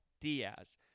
Diaz